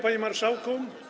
Panie Marszałku!